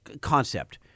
concept